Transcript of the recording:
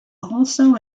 also